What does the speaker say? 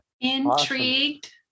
Intrigued